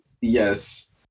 Yes